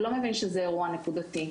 הוא לא מבין שזה אירוע נקודתי,